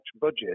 budget